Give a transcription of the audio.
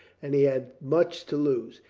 and he had much to lose.